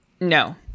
No